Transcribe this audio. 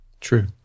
true